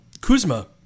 Kuzma